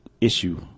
issue